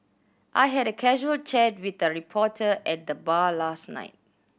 I had a casual chat with a reporter at the bar last night